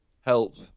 help